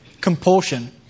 compulsion